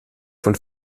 von